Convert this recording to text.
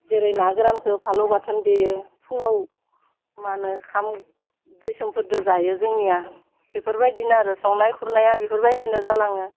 जेरै ना गोरानखौ फालौ बाथोन देयो फुङाव माहोनो खाम दैसोमफोरजों जायो जोंनिया बेफोरबायदिनो आरो संनाय खुरनाया बिफोरबायदिनो जालाङो